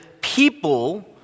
people